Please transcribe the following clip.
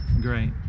great